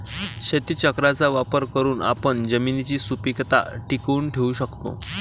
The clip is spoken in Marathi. शेतीचक्राचा वापर करून आपण जमिनीची सुपीकता टिकवून ठेवू शकतो